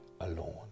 alone